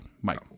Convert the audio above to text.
Mike